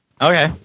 Okay